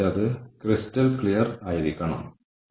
ഇപ്പോൾ ഈ സ്കോർകാർഡ് എങ്ങനെ ഉപയോഗിക്കാമെന്ന് ഞാൻ കാണിച്ചുതരാം